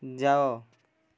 ଯାଅ